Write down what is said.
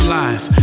life